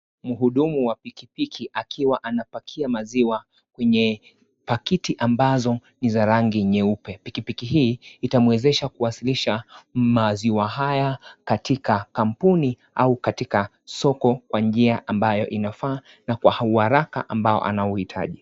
Mhudumu wa pikipiki akiwa anapakia maziwa kwenye pakiti ambazo ni za rangi nyeupe. Pikipiki hii itamwezesha kuwasilisha maziwa haya katika kampuni au katika soko kwa njia ambayo inafaa na kwa uharaka ambayo anahuitaji.